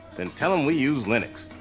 then tell them we use linux.